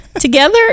together